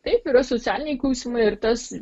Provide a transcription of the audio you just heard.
taip yra socialiniai klausimai ir tas